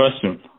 question